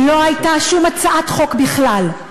לא הייתה שום הצעת חוק בכלל,